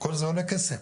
כל זה עולה כסף.